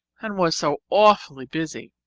and was so awfully busy.